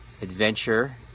adventure